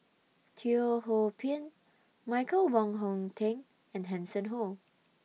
Teo Ho Pin Michael Wong Hong Teng and Hanson Ho